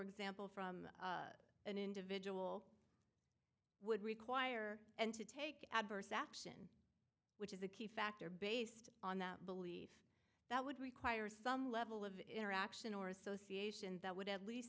example from an individual would require and to take adverse action is the key factor based on the belief that would require some level of interaction or association that would at least